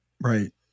Right